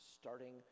Starting